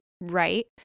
right